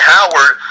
Howard